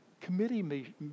committee